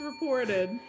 reported